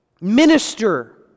Minister